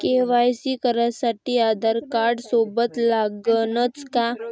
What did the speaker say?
KYC करासाठी आधारकार्ड सोबत लागनच का?